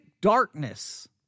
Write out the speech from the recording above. darkness